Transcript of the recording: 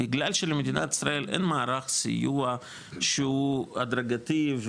בגלל שלמדינת ישראל אין מערך סיוע שהוא הדרגתי,